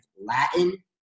Latin